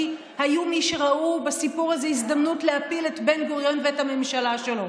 כי היו מי שראו בסיפור הזה הזדמנות להפיל את בן-גוריון ואת הממשלה שלו.